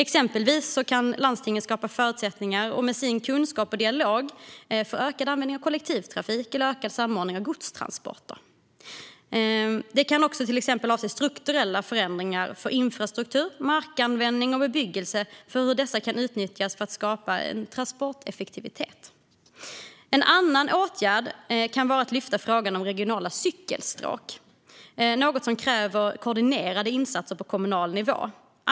Exempelvis kan landstinget genom sin kunskap och med dialog skapa förutsättningar för ökad användning av kollektivtrafik och ökad samordning av godstransporter. Det kan också avse strukturella förutsättningar för infrastruktur, markanvändning och bebyggelse och hur dessa kan utnyttjas för att skapa transporteffektivitet. En annan åtgärd kan vara att lyfta upp frågan om regionala cykelstråk. Detta är något som kräver koordinerade insatser på kommunal nivå.